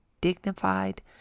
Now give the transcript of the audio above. dignified